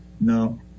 No